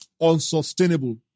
unsustainable